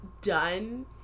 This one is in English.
done